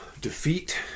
defeat